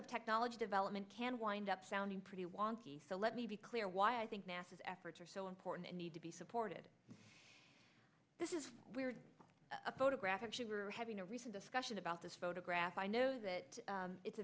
of technology development can wind up sounding pretty wonky so let me be clear why i think massive efforts are so important and need to be supported this is weird a photograph actually were having a recent discussion about this photograph i know that it's